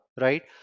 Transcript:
right